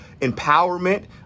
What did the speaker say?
empowerment